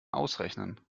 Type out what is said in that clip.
ausrechnen